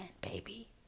baby